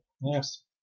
Yes